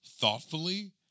thoughtfully